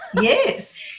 yes